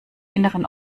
inneren